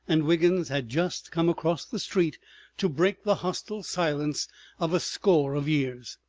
and wiggins had just come across the street to break the hostile silence of a score of years.